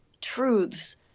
truths